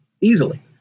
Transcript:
easily